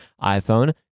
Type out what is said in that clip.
iPhone